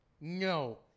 no